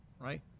right